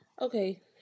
Okay